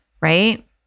right